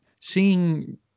seeing